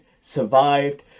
survived